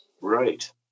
right